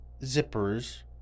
zippers